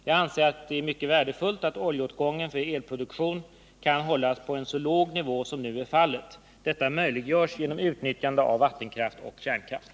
Jag anser det vara mycket värdefullt att oljeåtgången för elproduktion kan hållas på en så låg nivå som nu är fallet. Detta möjliggörs genom utnyttjandet av vattenkraft och kärnkraft.